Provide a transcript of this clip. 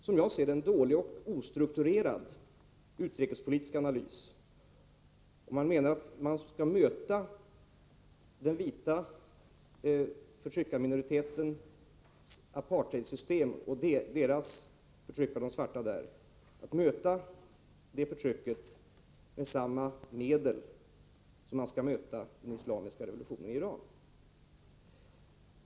Som jag ser det är det en dålig och ostrukturerad utrikespolitisk analys att mena att vi bör möta den vita förtryckarregimens apartheidsystem, dess förtryck av de svarta i Sydafrika, med samma medel som vi möter den islamiska revolutionen i Iran med.